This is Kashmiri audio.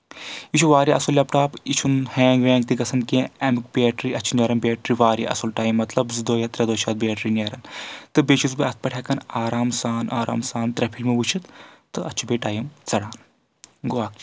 یہِ چھُ واریاہ اَصل لیپ ٹاپ یہِ چھُنہٕ ہینٛگ وینٛگ تہِ گژھان کینٛہہ امیُک بیٹری اتھ چھُ نیران بیٹری واریاہ اصل ٹایم مطلب زٕ دۄہ یا ترٛےٚ دۄہ چھِ اتھ بیٹری نیران تہٕ بیٚیہِ چھُس بہٕ اتھ پؠٹھ ہؠکان آرام سان آرام سان ترٛےٚ پھیٖر مےٚ وُچھِتھ تہٕ اَتھ چھُ بیٚیہِ ٹایم ژڑان گوٚو اکھ چیٖز